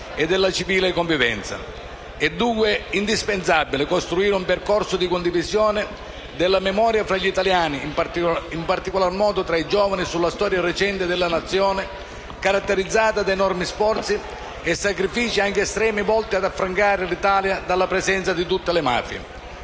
È dunque indispensabile costruire un percorso di condivisione della memoria tra gli italiani, in particolar modo tra i giovani, sulla storia recente della Nazione, caratterizzata da enormi sforzi e sacrifici anche estremi volti ad affrancare l'Italia dalla presenza di tutte le mafie.